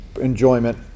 enjoyment